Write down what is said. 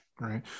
Right